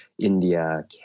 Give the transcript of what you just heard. India